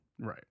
Right